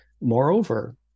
Moreover